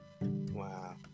Wow